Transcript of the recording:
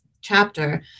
chapter